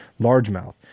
largemouth